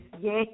Yes